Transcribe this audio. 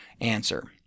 answer